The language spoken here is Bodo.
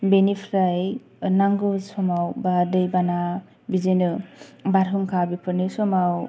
बिनिफ्राय नांगौ समाव बा दै बाना बिदि बारहुंखा बेफोरनि समाव